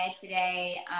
today